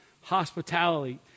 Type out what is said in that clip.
Hospitality